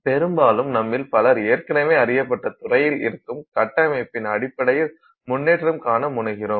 பெரும்பாலும் நம்மில் பலர் ஏற்கனவே அறியப்பட்ட துறையில் இருக்கும் கட்டமைப்பின் அடிப்படையில் முன்னேற்றம் காண முனைகிறோம்